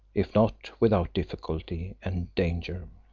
if not without difficulty and danger.